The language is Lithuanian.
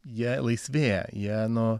jie laisvėja jie nu